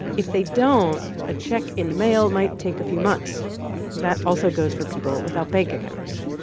if they don't, a check in the mail might take a few months that also goes for people without bank accounts.